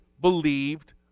believed